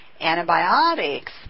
antibiotics